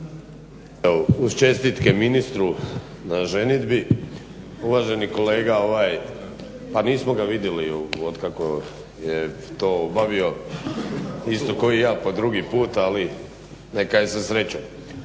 uz čestitke ministru na ženidbe. Uvaženi kolega, pa nismo ga vidjeli od kako je to obavio. Isto kao i ja po drugi put, ali neka je sa srećom.